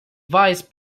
vice